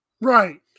Right